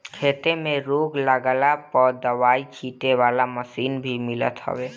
खेते में रोग लागला पअ दवाई छीटे वाला मशीन भी मिलत हवे